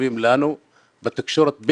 בטבת תשע"ט,